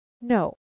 No